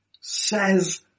says